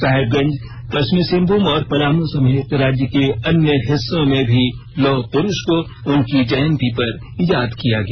साहिबगंज पश्चिमी सिंहभूम और पलामू समेत राज्य के अन्य हिस्सों में भी लौह पुरूष को उनकी जयंती पर याद किया गया